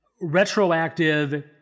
retroactive